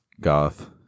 goth